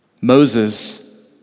Moses